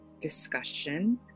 discussion